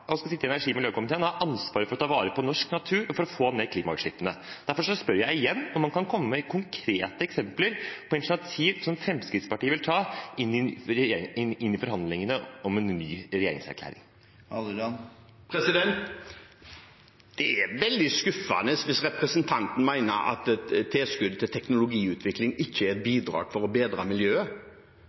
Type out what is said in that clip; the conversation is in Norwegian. og ha ansvaret for å ta vare på norsk natur og få ned klimagassutslippene. Derfor spør jeg igjen om han kan komme med konkrete eksempler på initiativ som Fremskrittspartiet vil ta i forhandlingene om en ny regjeringserklæring. Det er veldig skuffende hvis representanten mener at tilskudd til teknologiutvikling ikke bidrar til å bedre miljøet.